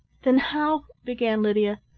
then how began lydia.